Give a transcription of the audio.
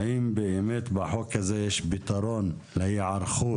האם באמת בחוק הזה יש פתרון להיערכות